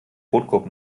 brotkorb